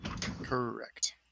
Correct